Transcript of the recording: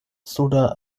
suda